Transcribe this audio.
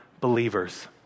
believers